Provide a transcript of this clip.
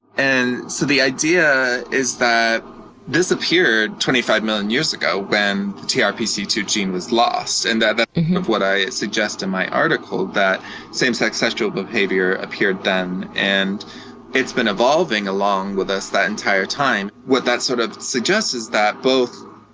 and so the idea is that this appeared twenty five million years ago when the t r p c two gene was lost. and that's part of what i suggest in my article, that same-sex sexual behavior appeared then and it's been evolving along with us that entire time. what that sort of suggests is that both